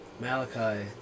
Malachi